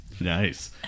Nice